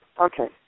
Okay